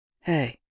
Hey